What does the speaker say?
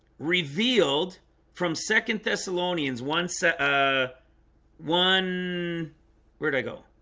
revealed from second thessalonians once ah one where'd i go?